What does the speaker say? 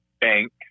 bank